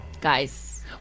Guys